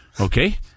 Okay